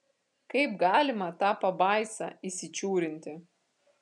kaip galima tą pabaisą įsičiūrinti